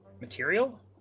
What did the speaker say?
material